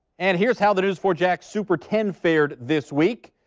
and here's how the news four jax super ten fared this week.